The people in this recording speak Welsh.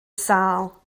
sâl